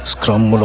come